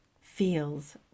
feels